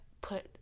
put